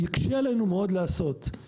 יקשה עלינו מאוד לעשות.